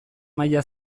maila